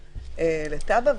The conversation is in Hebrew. לטאבה.